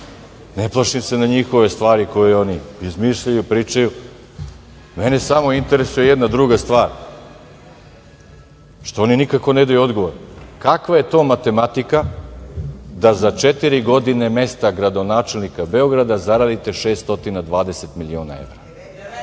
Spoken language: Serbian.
ne plašim se na njihove stvari koje oni izmišljaju, pričaju. Mene samo interesuje jedna druga stvar, na šta oni nikako ne daju odgovor, kakva je to matematika da za četiri godine na mestu gradonačelnika Beograda zaradite 619 miliona evra? Evo,